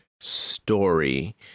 story